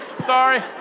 Sorry